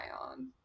on